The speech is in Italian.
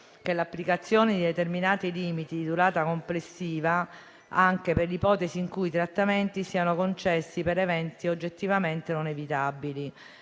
l'applicazione di determinati limiti di durata complessiva, anche per ipotesi in cui i trattamenti siano concessi per eventi oggettivamente non evitabili.